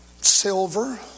silver